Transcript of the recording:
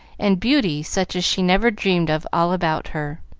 and beauty such as she never dreamed of all about her.